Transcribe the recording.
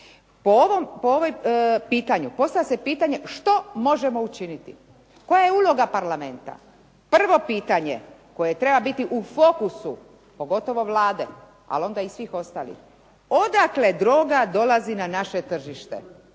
Po ovom pitanju postavlja se pitanje što možemo učiniti, koja je uloga parlamenta. Prvo pitanje koje treba biti u fokusu pogotovo Vlade ali onda i svih ostalih odakle droga dolazi na naše tržište,